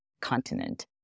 continent